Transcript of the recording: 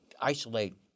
isolate